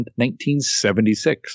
1976